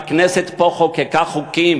הכנסת פה חוקקה חוקים,